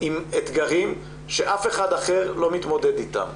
עם אתגרים שאף אחד אחר לא מתמודד איתם.